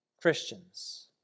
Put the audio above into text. Christians